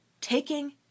taking